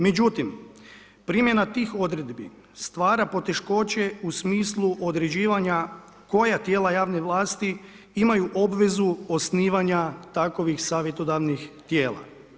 Međutim, primjena tih odredbi stvara poteškoće u smislu određivanja koja tijela javne vlasti imaju obvezu osnivanja takvih savjetodavnih tijela.